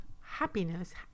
happiness